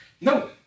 No